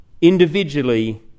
individually